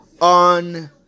on